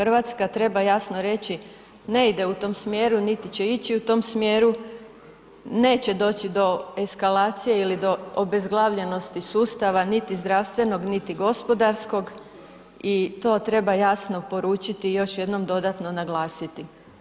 Hrvatska treba jasno reći ne ide u tom smjeru, niti će ići u tom smjeru, neće doći do eskalacije ili do obezglavljenosti sustava niti zdravstvenog, niti gospodarskog i to treba jasno poručiti i još jednom dodatno naglasiti.